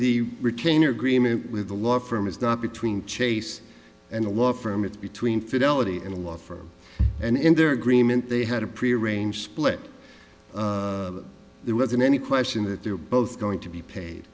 the retainer agreement with the law firm is not between chase and the law firm it's between fidelity and a law firm and in their agreement they had a prearranged split there wasn't any question that they were both going to be paid